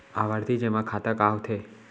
आवर्ती जेमा खाता का होथे?